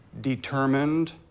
determined